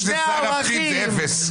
אם זה שר הפנים זה אפס.